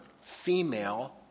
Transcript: female